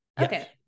Okay